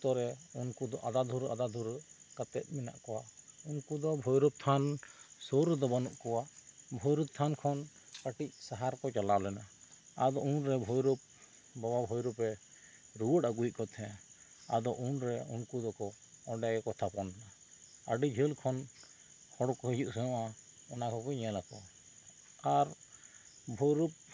ᱚᱠᱛᱚ ᱨᱮ ᱩᱱᱠᱚ ᱫᱚ ᱟᱫᱷᱟᱫᱷᱩᱨ ᱟᱫᱷᱟᱫᱷᱩᱨ ᱠᱟᱛᱮᱫ ᱢᱮᱱᱟᱜ ᱠᱚᱣᱟ ᱩᱱᱠᱩ ᱫᱚ ᱵᱷᱳᱭᱨᱳᱵ ᱛᱷᱟᱱ ᱥᱩᱨ ᱨᱮᱫᱚ ᱵᱟᱹᱱᱩᱜ ᱠᱚᱣᱟ ᱵᱷᱳᱭᱨᱳᱵ ᱛᱷᱟᱱ ᱠᱚ ᱟᱹᱰᱤ ᱥᱟᱦᱟ ᱨᱮᱠᱚ ᱪᱟᱞᱟᱣ ᱞᱮᱱᱟ ᱮᱱᱟ ᱟᱫᱚ ᱩᱱ ᱨᱮ ᱵᱷᱳᱭᱨᱳᱵ ᱵᱟᱵᱟ ᱵᱷᱳᱭᱨᱳᱵ ᱮ ᱟᱹᱜᱩ ᱨᱩᱣᱟᱹᱲᱮᱫ ᱠᱚ ᱛᱟᱦᱮᱸᱜ ᱟᱫᱚ ᱩᱱ ᱨᱮ ᱩᱱᱠᱩ ᱫᱚ ᱚᱸᱰᱮ ᱜᱮ ᱠᱚ ᱛᱷᱟᱯᱚᱱ ᱮᱱᱟ ᱟᱹᱰᱤ ᱡᱷᱟᱹᱞ ᱠᱷᱚᱱ ᱦᱚᱲ ᱠᱚ ᱦᱤᱡᱩᱜ ᱥᱮᱱᱚᱜᱼᱟ ᱚᱱᱟ ᱠᱚᱠᱚ ᱧᱮᱞᱟᱠᱚ ᱟᱨ ᱵᱷᱳᱭᱨᱳᱵ